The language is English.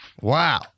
Wow